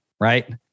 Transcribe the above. right